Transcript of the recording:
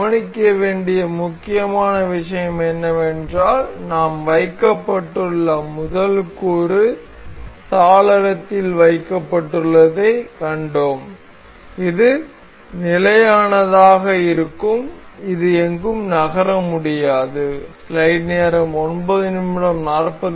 கவனிக்க வேண்டிய முக்கியமான விஷயம் என்னவென்றால் நாம் வைக்கப்பட்டுள்ள முதல் கூறு சாளரத்தில் வைக்கப்பட்டுள்ளதைக் கண்டோம் இது நிலையானதாக இருக்கும் அது எங்கும் நகர முடியாது